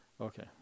Okay